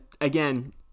Again